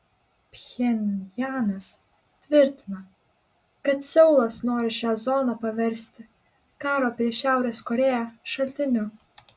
pchenjanas tvirtina kad seulas nori šią zoną paversti karo prieš šiaurės korėją šaltiniu